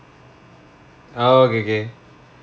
oh okay K